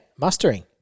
mustering